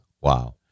Wow